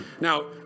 Now